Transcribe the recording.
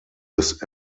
des